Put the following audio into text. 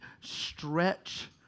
stretch